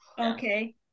okay